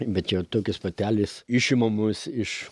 bet jau tokios patelės išimamos iš